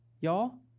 y'all